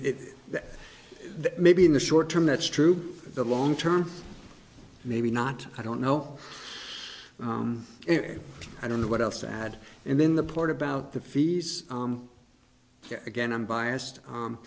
that maybe in the short term that's true the long term maybe not i don't know i don't know what else to add and then the part about the fees again i'm biased